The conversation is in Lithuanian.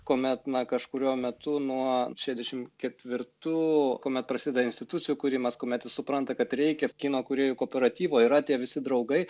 kuomet na kažkuriuo metu nuo šešiasdešim ketvirtų kuomet prasideda institucijų kūrimas kuomet jis supranta kad reikia kino kūrėjų kooperatyvo yra tie visi draugai